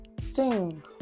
Sing